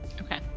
Okay